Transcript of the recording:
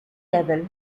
level